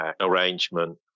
arrangement